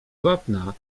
wapna